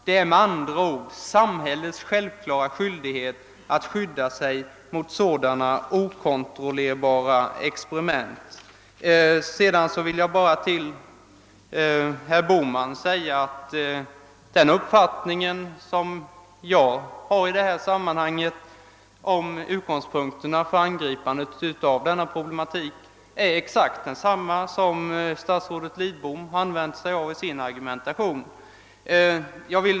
Det är med andra ord samhällets självklara skyldighet att skydda sig emot sådana okontrollerbara experiment.» Sedan vill jag bara till herr Bohman säga att min uppfattning beträffande utgångspunkten för angripandet av den na problematik är exakt densamma som i statsrådet Lidboms argumentation.